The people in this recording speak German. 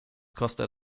kostet